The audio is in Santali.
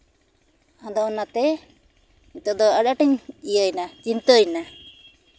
ᱟᱫᱚ ᱚᱱᱟᱛᱮ ᱱᱤᱛᱚᱜ ᱫᱚ ᱟᱹᱰᱤ ᱟᱸᱴᱤᱧ ᱪᱤᱱᱛᱟᱭᱮᱱᱟ